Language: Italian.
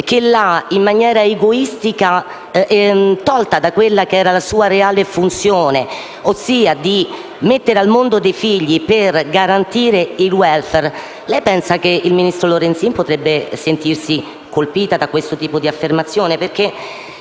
che l'ha, in maniera egoistica, tolta da quella che era la sua reale funzione, ossia di mettere al mondo dei figli per garantire il *welfare*, lei pensa che potrebbe sentirsi colpita da questo tipo di affermazione? Perché